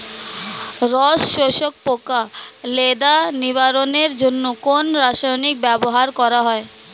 রস শোষক পোকা লেদা নিবারণের জন্য কোন রাসায়নিক ব্যবহার করা হয়?